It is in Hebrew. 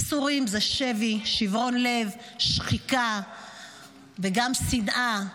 ייסורים זה שבי, שברון לב, שחיקה וגם שנאה,